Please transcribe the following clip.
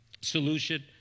solution